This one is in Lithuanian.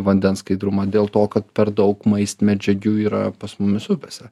vandens skaidrumą dėl to kad per daug maistmedžiagių yra pas mumis upėse